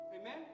amen